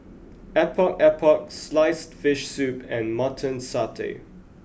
Epok Epok sliced fish soup and mutton Satay